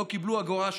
לא קיבלו אגורה שחוקה,